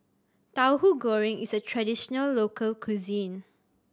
Tauhu Goreng is a traditional local cuisine